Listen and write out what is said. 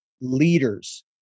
leaders